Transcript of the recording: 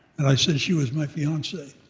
and i said she was my fiancee.